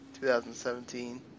2017